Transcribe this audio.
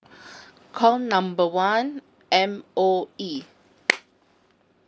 call number one M_O_E